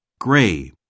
Gray